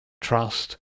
trust